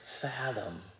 fathom